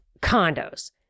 condos